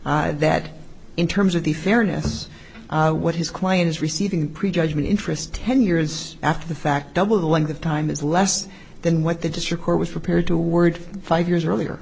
by that in terms of the fairness of what his client is receiving prejudgment interest ten years after the fact double the length of time is less than what the district court was prepared to words five years earlier